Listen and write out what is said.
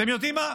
אתם יודעים מה?